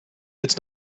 its